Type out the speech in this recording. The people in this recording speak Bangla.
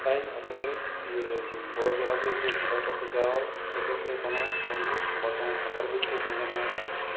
তাই আশা করি যে বড়ো জলাশয়ে যে সাঁতার কাটতে যাওয়া হয় সেক্ষেত্রে কোনো বন্ধু বা কোনো সাঁতারবিদকে সঙ্গে নেওয়াই ভালো